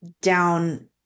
down